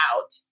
out